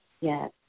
yes